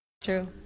True